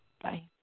Bye